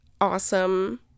awesome